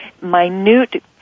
minute